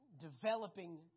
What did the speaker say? developing